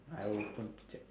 I open to check